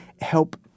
help